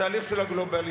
התהליך של הגלובליזציה,